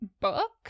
book